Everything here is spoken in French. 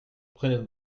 prenez